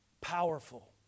powerful